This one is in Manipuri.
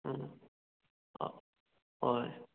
ꯎꯝ ꯑꯥ ꯍꯣꯏ